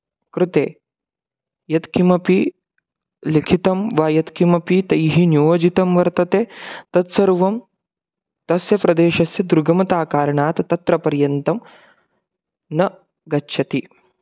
कृते यत्किमपि लिखितं वा यत्किमपि तैः नियोजितं वर्तते तत्सर्वं तस्य प्रदेशस्य दुर्गमताकारणात् तत्र पर्यन्तं न गच्छति